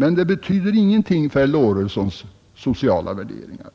Man det betyder ingenting för herr Lorentzons sociala värderingar.